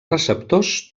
receptors